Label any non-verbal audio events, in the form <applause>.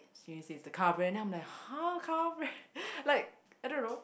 she says the car brand then I'm like !huh! car brand <laughs> like I don't know